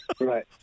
Right